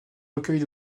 recueils